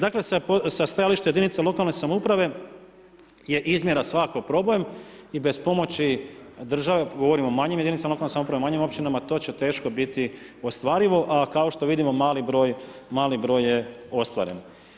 Dakle sa stajališta jedinica lokalne samouprave je izmjera svakako problem i bez pomoći države, govorim o manjim jedinicama lokalne samouprave, manjim općinama, to će teško biti ostvarivo a kao što vidimo, mali broj je ostvaren.